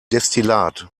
destillat